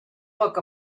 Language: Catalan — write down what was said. poc